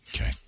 Okay